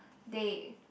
they